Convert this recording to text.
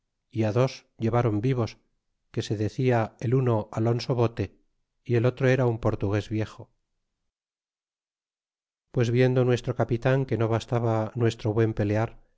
y dos ilevron vivos que se de cia el uno alonso bote y el otro era un portugues viejo pues viendo nuestro capitan que no bastaba nuestro buen pelear